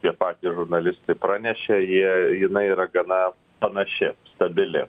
tie patys žurnalistai pranešė jie jinai yra gana panaši stabili